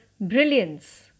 brilliance